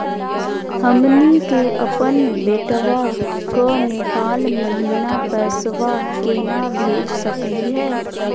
हमनी के अपन बेटवा क नेपाल महिना पैसवा केना भेज सकली हे?